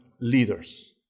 leaders